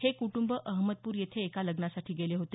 हे कुटुंब अहमदपूर येथे एका लग्नासाठी गेले होते